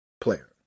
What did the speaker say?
player